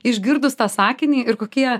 išgirdus tą sakinį ir kokie